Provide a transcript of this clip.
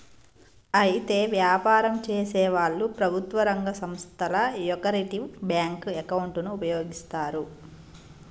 అయితే వ్యాపారం చేసేవాళ్లు ప్రభుత్వ రంగ సంస్థల యొకరిటివ్ బ్యాంకు అకౌంటును ఉపయోగిస్తారు